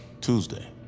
Tuesday